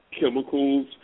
chemicals